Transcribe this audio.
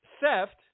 theft